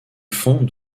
fonds